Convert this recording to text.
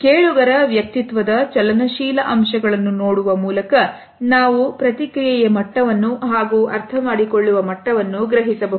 ಕೇಳುವಿರಾ ವ್ಯಕ್ತಿತ್ವದ ಚಲನಶೀಲ ಅಂಶಗಳನ್ನು ನೋಡುವ ಮೂಲಕ ನಾವು ಪ್ರತಿಕ್ರಿಯೆಯ ಮಟ್ಟವನ್ನು ಹಾಗೂ ಅರ್ಥಮಾಡಿಕೊಳ್ಳುವ ಮಟ್ಟವನ್ನು ಗ್ರಹಿಸಬಹುದು